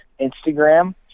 Instagram